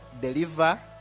deliver